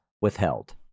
withheld